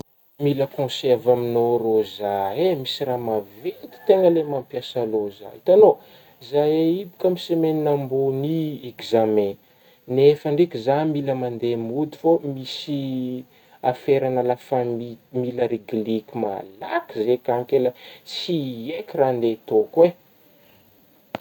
Mila conseil avy amignao rô zah eh, misy raha maventy tegna le mampisa lôha, itagnao zah io ba ka amin'ny semaine ambogny io examen nefa ndraiky zah mila mandeha mody fô misiiy aferagna lafamy mila regleko malaky zegny ,ka ke la tsy haiko raha andeha ataoko eh.